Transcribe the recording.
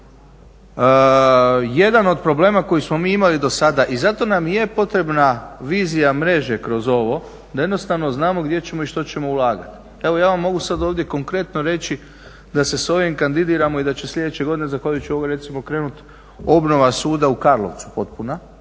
Jedan od problema koji smo mi imali do sada i zato nam i je potrebna vizija mreže kroz ovo da jednostavno znamo gdje ćemo i u što ćemo ulagati. Evo ja vam mogu sad ovdje konkretno reći da se sa ovim kandidiramo i da će sljedeće godine zahvaljujući ovome recimo krenuti obnova suda u Karlovcu potpuna,